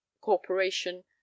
corporation